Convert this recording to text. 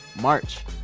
March